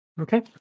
Okay